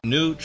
New